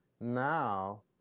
now